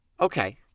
Okay